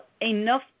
enough